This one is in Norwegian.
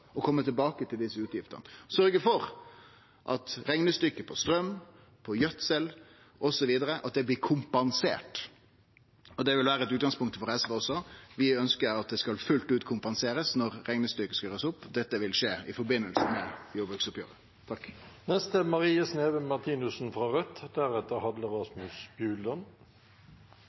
tilbake til desse utgiftene og sørgje for at reknestykket på straum, gjødsel osv. blir kompensert. Det vil også vere utgangspunktet for SV. Vi ønskjer at det skal kompenserast fullt ut når reknestykket skal gjerast opp. Dette vil skje i forbindelse med jordbruksoppgjeret.